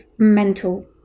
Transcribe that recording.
mental